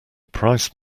price